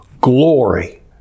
Glory